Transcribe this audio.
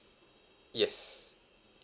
yes